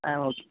ஆ okay